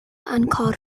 uncalled